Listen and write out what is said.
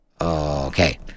okay